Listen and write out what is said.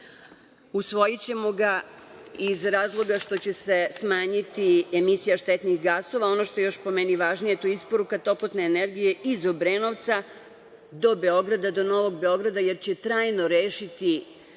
usvojićemo ga iz razloga što će se smanjiti emisija štetnih gasova. Ono što je po meni još važnije, jeste isporuka toplotne energije iz Obrenovca, do Beograda, do Novog Beograda, jer će trajno rešiti